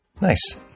Nice